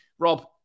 Rob